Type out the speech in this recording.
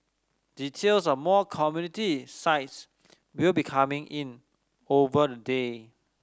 details of more community sites will be coming in over the day